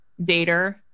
dater